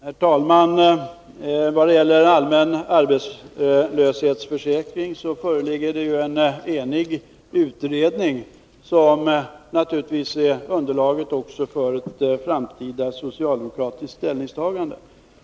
Herr talman! När det gäller frågan om en allmän arbetslöshetsförsäkring föreligger det en enig utredning, som naturligtvis är underlaget också för ett framtida socialdemokratiskt ställningstagande.